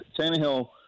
Tannehill